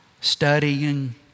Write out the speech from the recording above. studying